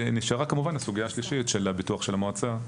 וכמובן, נשארה הסוגיה השלישית של ביטוח המועצה.